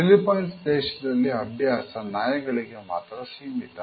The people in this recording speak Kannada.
ಫಿಲಿಪೈನ್ಸ್ ದೇಶದಲ್ಲಿ ಅಭ್ಯಾಸ ನಾಯಿಗಳಿಗೆ ಮಾತ್ರ ಸೀಮಿತ